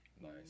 Nice